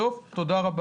תודה רבה.